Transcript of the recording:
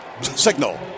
signal